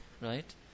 right